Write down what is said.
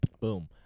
Boom